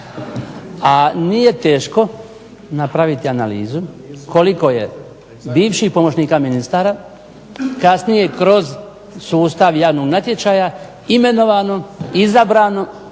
A nije teško napraviti analizu koliko je bivših pomoćnika ministara kasnije kroz sustav javnog natječaja imenovano, izabrano